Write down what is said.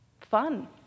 fun